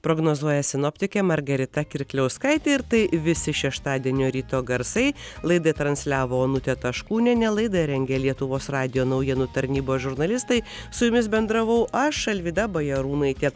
prognozuoja sinoptikė margarita kirkliauskaitė ir tai visi šeštadienio ryto garsai laidą transliavo onutė taškūnienė laidą rengė lietuvos radijo naujienų tarnybos žurnalistai su jumis bendravau aš alvyda bajarūnaitė